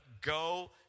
go